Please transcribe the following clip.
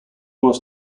was